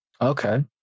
Okay